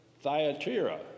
Thyatira